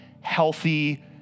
healthy